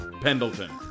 Pendleton